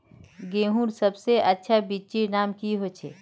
गेहूँर सबसे अच्छा बिच्चीर नाम की छे?